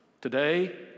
today